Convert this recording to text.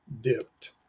dipped